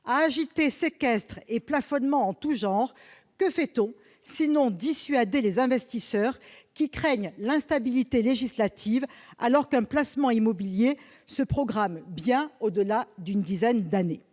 À agiter séquestres et plafonnements en tout genre, que fait-on, sinon dissuader les investisseurs qui craignent l'instabilité législative, alors qu'un placement immobilier se programme bien au-delà d'une dizaine d'années ?